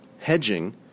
hedging